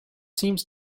seems